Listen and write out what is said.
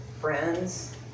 friends